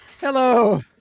Hello